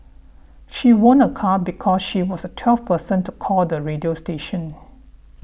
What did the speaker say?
she won a car because she was the twelfth person to call the radio station